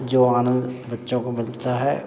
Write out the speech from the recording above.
जो आनंद बच्चों को मिलता है